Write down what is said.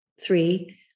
three